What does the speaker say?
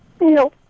No